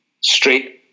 straight